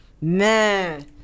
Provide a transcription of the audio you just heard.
Man